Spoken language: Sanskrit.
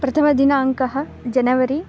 प्रथमदिनाङ्कः जनवरि